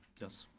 yes.